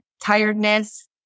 tiredness